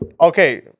Okay